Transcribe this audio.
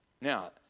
Now